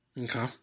Okay